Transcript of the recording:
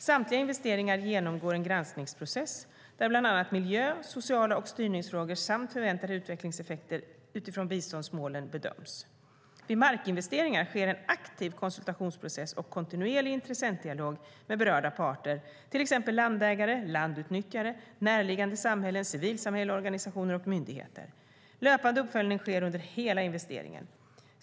Samtliga investeringar genomgår en granskningsprocess där bland annat miljöfrågor, sociala frågor och styrningsfrågor samt förväntade utvecklingseffekter utifrån biståndsmålen bedöms. Vid markinvesteringar sker en aktiv konsultationsprocess och kontinuerlig intressentdialog med berörda parter, till exempel landägare, landutnyttjare, närliggande samhällen, civilsamhällesorganisationer och myndigheter. Löpande uppföljning sker under hela investeringen.